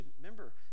remember